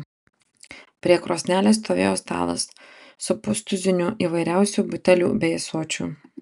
prie krosnelės stovėjo stalas su pustuziniu įvairiausių butelių bei ąsočių